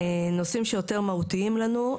נושאים שיותר מהותיים לנו.